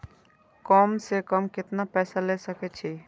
कम से कम केतना पैसा ले सके छी?